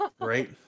right